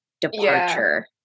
departure